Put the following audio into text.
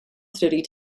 study